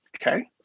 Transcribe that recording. okay